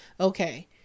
okay